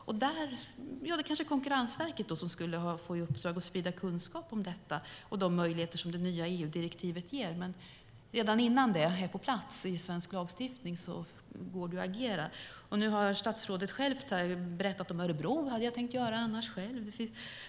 Kanske skulle Konkurrensverket ha i uppdrag att sprida kunskap om detta och de möjligheter som det nya EU-direktivet ger? Men det går att agera redan innan det är på plats i svensk lagstiftning. Statsrådet har själv berättat om Örebro. Det hade jag annars tänkt göra.